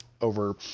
over